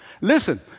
Listen